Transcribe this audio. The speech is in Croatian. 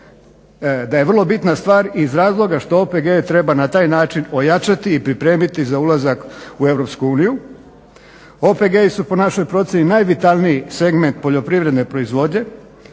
da je vrlo bitna stvar iz razloga što OPG-e treba na taj način ojačati i pripremiti za ulazak u Europsku uniju. OPG-i su po našoj procjeni najvitalniji segment poljoprivredne proizvodnje,